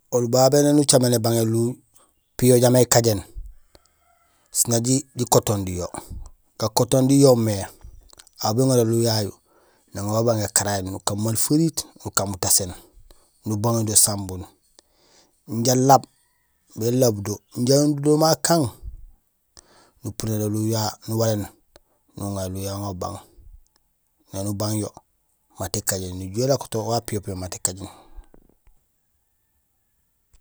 Oli babé éni ucaméén bébang éliw piyo jambi ékajéén, sén nak jikotondi yo. Gakotondi yoomé aw béŋaar éliw yayu nuŋa yo ubang gakarari, nukando maal faritee, nukaan mutaséén, nubang yo do sambun, inja laab bélaab do jaraam yonde do ma kang, nupuréén éliw yayu uwaléén nuŋa éliw yayu ubang. Néni ubang yo mat ékajéén, néjuhé élakoto wa piyo piyo mat ékajéén.